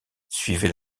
suivait